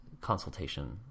consultation